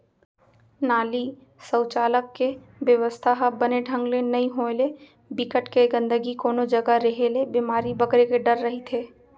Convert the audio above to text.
नाली, सउचालक के बेवस्था ह बने ढंग ले नइ होय ले, बिकट के गंदगी कोनो जघा रेहे ले बेमारी बगरे के डर रहिथे